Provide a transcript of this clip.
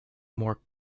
more